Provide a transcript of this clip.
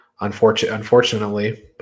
unfortunately